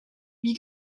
wie